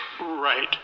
Right